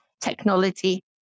technology